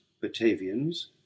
batavians